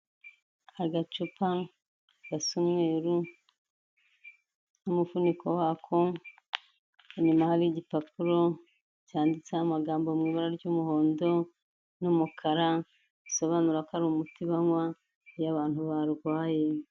Agacupa gasa umweru n'umufuniko wako, inyuma hariho igipapuro cyanditseho amagambo mu ibara ry'umuhondo n'umukara, bisobanura ko ari umuti banywa, iyo abantu barwaye.